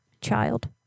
child